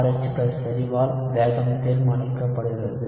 RH செறிவால் வேகம் தீர்மானிக்கப்படுகிறது